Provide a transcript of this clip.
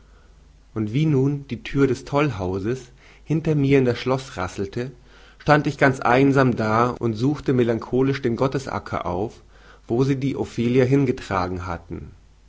und wie nun die thür des tollhauses hinter mir in das schloß rasselte stand ich ganz einsam da und suchte melancholisch den gottesacker auf wo sie die ophelia hingetragen hatten